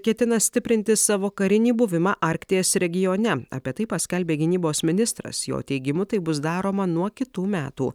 ketina stiprinti savo karinį buvimą arkties regione apie tai paskelbė gynybos ministras jo teigimu tai bus daroma nuo kitų metų